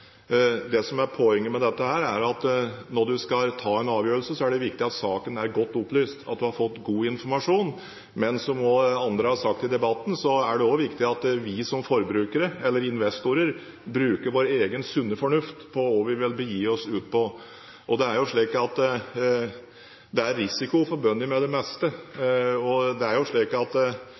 når du skal ta en avgjørelse, er det viktig at saken er godt opplyst, at du har fått god informasjon. Men som også andre har sagt i debatten, er det viktig at vi som forbrukere eller investorer bruker vår egen sunne fornuft når det gjelder hva vi vil begi oss ut på. Det er jo slik at det er risiko forbundet med det meste, og hvis du får tilbud om et eller annet produkt som har stor oppside, og som på en måte er